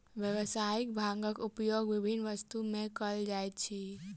व्यावसायिक भांगक उपयोग विभिन्न वस्तु में कयल जाइत अछि